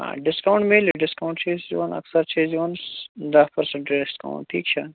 آ ڈِسکاوُنٹ میلہِ ڈِسکاوُنٹ چھِ أسۍ دِوان اکثر چھِ أسۍ دِوان دَہ پٔرسنٛٹ ڈیسکاوُنٛٹ ٹھیٖک چھا